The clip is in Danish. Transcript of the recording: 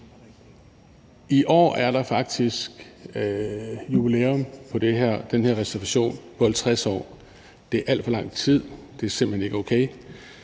I år er der faktisk jubilæum for den her reservation på 50 år. Det er alt for lang tid. Det er simpelt hen ikke okay.